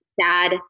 sad